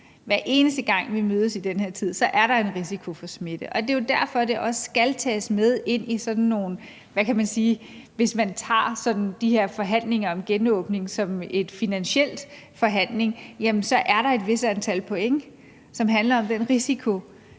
Hver eneste gang vi mødes i den her tid, er der en risiko for smitte, og det er jo også derfor, det skal tages med ind i de her forhandlinger om en genåbning, hvis man tager dem som sådan nogle finansielle forhandlinger, at der er et vist antal point, som handler om den risiko,